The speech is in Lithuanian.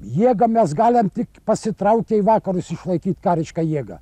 jėga mes galim tik pasitraukę į vakarus išlaikyti karišką jėgą